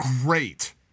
great